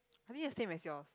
I think the same as yours